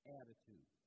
attitude